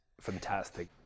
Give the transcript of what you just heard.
fantastic